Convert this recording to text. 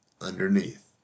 underneath